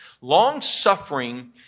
Long-suffering